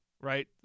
Right